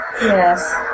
Yes